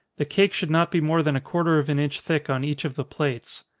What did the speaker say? the cake should not be more than a quarter of an inch thick on each of the plates.